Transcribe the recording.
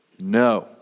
No